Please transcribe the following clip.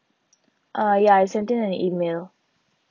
ah ya I sent in an email